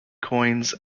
coins